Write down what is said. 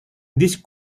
this